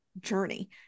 journey